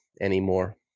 anymore